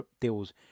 deals